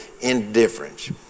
indifference